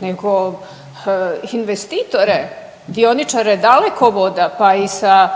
nego investitore, dioničare Dalekovoda, pa i sa